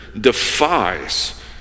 defies